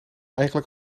eigenlijk